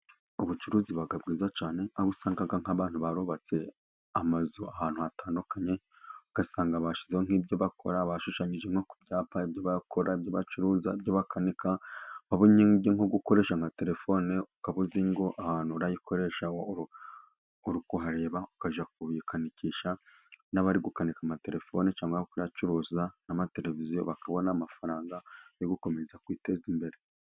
Ubucuruzi buba bwiza cyane aho usanga nk'abantu barubatse amazu ahantu hatandukanye ugasanga bashyizeho nk'ibyo bakora, bashushanyije nko ku byapa ibyo bakora, ibyo bacuruza, ibyo bakanika nko gukoresha amatelefone ukaba uzi ngo ahantu bayikoresha uri kuhareba. Ukajya kuyikanikisha n'abari gukanika amatelefone cyangwa kuyacuruza n'amateleviziyo bakabona amafaranga yo gukomeza kuyiteza imbere.